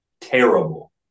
Terrible